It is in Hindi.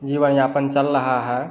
जीवन यापन चल रहा है